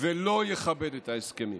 ולא יכבד את ההסכמים.